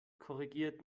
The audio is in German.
korrigiert